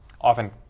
often